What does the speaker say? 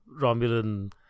Romulan